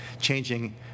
changing